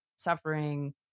suffering